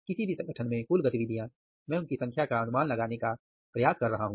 किसी भी संगठन में कुल गतिविधियां मैं उनकी संख्या का अनुमान लगाने का प्रयास कर रहा हूं